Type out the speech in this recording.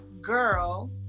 girl